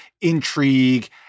intrigue